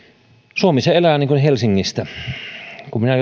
suomi elää helsingistä minä